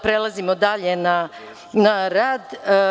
Prelazimo dalje na rad.